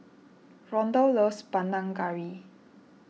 Rondal loves Panang Curry